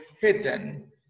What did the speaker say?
hidden